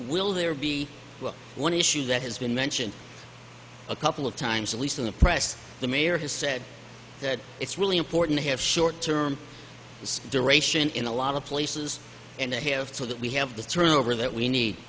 will there be one issue that has been mentioned a couple of times at least in the press the mayor has said that it's really important to have short term duration in a lot of places and they have to that we have the turnover that we need